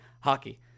hockey